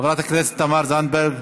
חברת הכנסת תמר זנדברג,